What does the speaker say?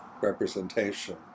representation